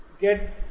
get